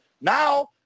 now